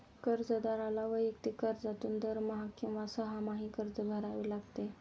कर्जदाराला वैयक्तिक कर्जातून दरमहा किंवा सहामाही कर्ज भरावे लागते